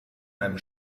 einem